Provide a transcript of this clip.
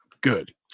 Good